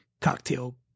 Cocktail